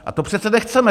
A to přece nechceme.